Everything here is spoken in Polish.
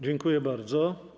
Dziękuję bardzo.